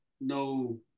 no